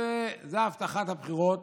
זו הבטחת הבחירות.